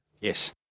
Yes